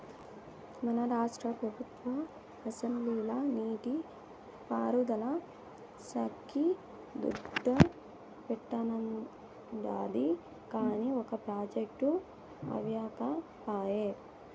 మన రాష్ట్ర పెబుత్వం అసెంబ్లీల నీటి పారుదల శాక్కి దుడ్డు పెట్టానండాది, కానీ ఒక ప్రాజెక్టు అవ్యకపాయె